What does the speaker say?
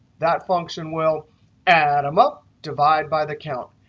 that function will add them up, divide by the count.